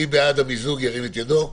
מי בעד המיזוג ירים את ידו.